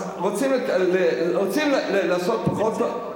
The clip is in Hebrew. רוצים לעשות פחות תורנויות,